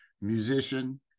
musician